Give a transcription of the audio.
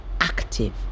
active